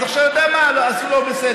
אז אתה יודע מה, עשו לא בסדר.